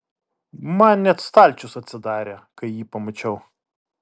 man net stalčius atsidarė kai jį pamačiau